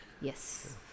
Yes